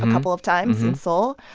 a number of times, in seoul?